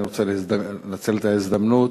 אני רוצה לנצל את ההזדמנות